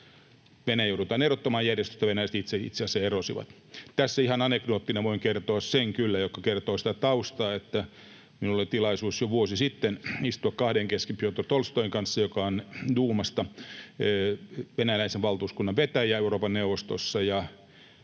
Venäjä joudutaan erottamaan — itse asiassa venäläiset itse erosivat. Tässä ihan anekdoottina voin kertoa kyllä sen, mikä kertoo sitä taustaa, että minulla oli tilaisuus jo vuosi sitten istua kahden kesken Pjotr Tolstoin kanssa, joka on duumasta ja venäläisen valtuuskunnan vetäjä Euroopan neuvostossa,